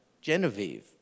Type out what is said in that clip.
Genevieve